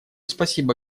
спасибо